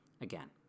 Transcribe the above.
Again